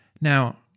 Now